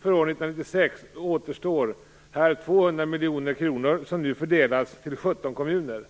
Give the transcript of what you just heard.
För år 1996 återstår här 200 miljoner kronor, som nu fördelas till 17 kommuner.